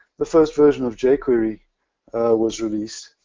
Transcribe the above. the first version of jquery was released,